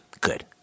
Good